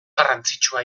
garrantzitsua